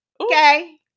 okay